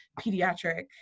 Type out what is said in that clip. pediatric